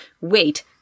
Wait